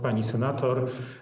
Pani Senator!